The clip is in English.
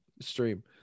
stream